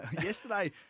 Yesterday